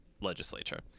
legislature